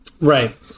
right